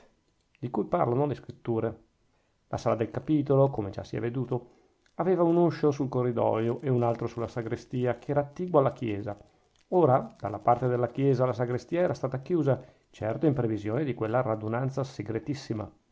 di cui parlano le scritture la sala del capitolo come già si è veduto aveva un uscio sul corridoio e un altro sulla sagrestia che era attigua alla chiesa ora dalla parte della chiesa la sagrestia era stata chiusa certo in previsione di quella radunanza segretissima